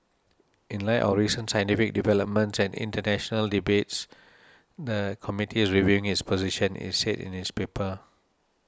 in light of recent scientific developments and international debates the committee is reviewing its position it's said in its paper